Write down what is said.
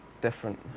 different